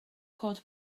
cod